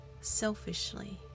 selfishly